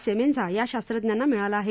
Semenza या शास्त्रज्ञांना मिळाला आहे